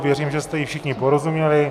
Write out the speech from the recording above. Věřím, že jste jí všichni porozuměli.